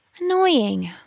Annoying